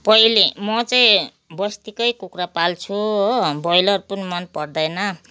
पहिले म चाहिँ बस्तीकै कुखुरा पाल्छु हो ब्रोइलर पनि मनपर्दैन